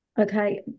Okay